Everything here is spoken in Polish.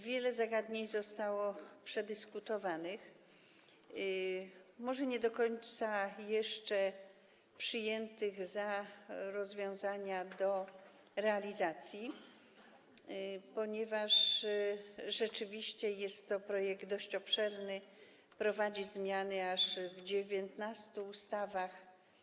Wiele zagadnień zostało przedyskutowanych, może nie do końca jeszcze przyjętych, uznanych za rozwiązania do realizacji, ponieważ rzeczywiście jest to projekt dość obszerny, wprowadza zmiany aż w 19 ustawach.